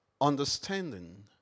understanding